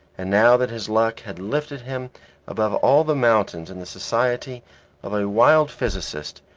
and now that his luck had lifted him above all the mountains in the society of a wild physicist,